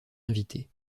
invité